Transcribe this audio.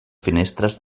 finestres